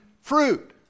fruit